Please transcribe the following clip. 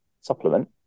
supplement